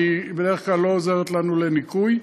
שבדרך כלל לא עוזרת לנו לניקוי,